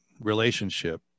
relationship